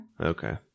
Okay